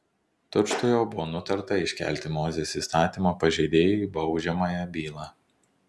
tučtuojau buvo nutarta iškelti mozės įstatymo pažeidėjui baudžiamąją bylą